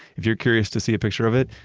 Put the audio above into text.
if you're curious to see a picture of it,